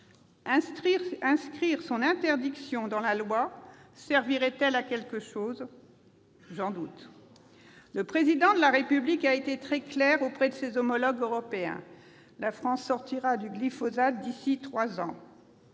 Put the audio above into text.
Inscrire son interdiction dans la loi servirait-il à quelque chose ? J'en doute. Le Président de la République a été très clair avec ses homologues européens : la France sortira du glyphosate d'ici à trois ans.